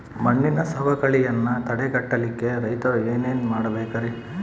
ಮಣ್ಣಿನ ಸವಕಳಿಯನ್ನ ತಡೆಗಟ್ಟಲಿಕ್ಕೆ ರೈತರು ಏನೇನು ಮಾಡಬೇಕರಿ?